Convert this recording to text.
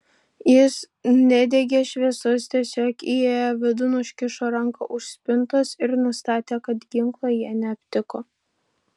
jis nedegė šviesos tiesiog įėjo vidun užkišo ranką už spintos ir nustatė kad ginklo jie neaptiko